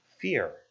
fear